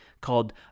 called